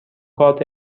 کارت